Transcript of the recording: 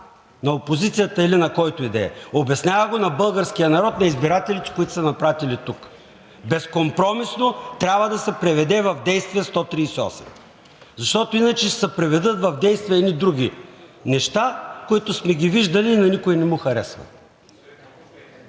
на опозицията или на който и да е, обяснява го на българския народ, на избирателите, които са ни пратили тук. Безкомпромисно трябва да се преведе в действие чл. 138. Защото иначе ще се приведат в действие едни други неща, които сме ги виждали и на никого не му харесват.